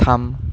थाम